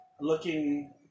looking